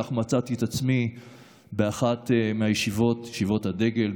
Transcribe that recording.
וכך מצאתי את עצמי באחת מישיבות הדגל,